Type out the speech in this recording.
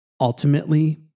ultimately